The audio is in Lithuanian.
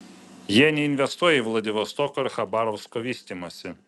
jie neinvestuoja į vladivostoko ir chabarovsko vystymąsi